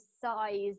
size